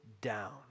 down